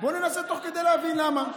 ובוא ננסה תוך כדי להבין למה.